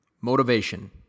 Motivation